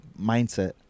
mindset